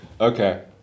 okay